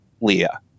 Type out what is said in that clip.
Leah